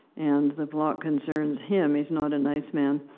and the plot concerns him he's not a nice man.